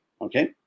Okay